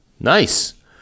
Nice